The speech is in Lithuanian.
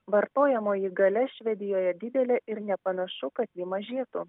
vartojamoji galia švedijoje didelė ir nepanašu kad ji mažėtų